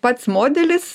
pats modelis